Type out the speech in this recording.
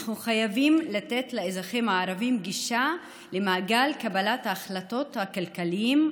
אנחנו חייבים לתת לאזרחים הערבים גישה למעגל קבלת ההחלטות הכלכליות,